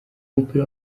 mupira